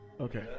Okay